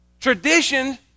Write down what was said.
Tradition